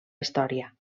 història